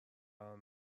قرار